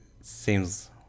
seems